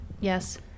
Yes